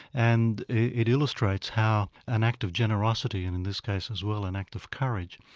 and it illustrates how an act of generosity, in in this case as well an act of courage,